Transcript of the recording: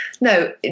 no